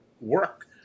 work